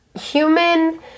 human